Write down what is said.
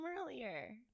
earlier